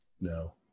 No